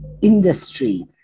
Industry